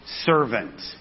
servant